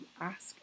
ask